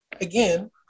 again